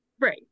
Right